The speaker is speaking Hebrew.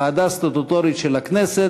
ועדה סטטוטורית של הכנסת,